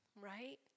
right